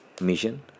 mission